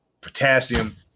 potassium